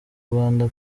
rwandan